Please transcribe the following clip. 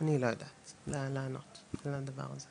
אני לא יודעת לענות על הדבר הזה.